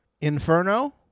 Inferno